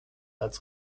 als